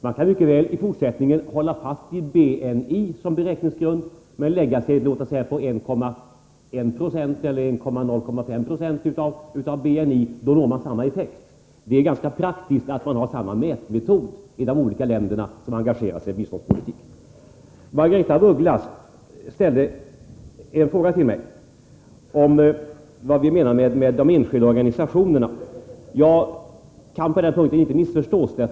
Man kan mycket väl i fortsättningen hålla fast vid BNI som beräkningsgrund och lägga sig på låt oss säga 1,1 eller 1,0 70 av BNI — då når man samma effekt. Det är ganska praktiskt att man har samma mätmetod i de olika länder som engagerar sig i biståndspolitik. Margaretha af Ugglas ställde en fråga till mig om vad vi menar om de enskilda organisationerna. Jag kan på den punkten inte missförstås.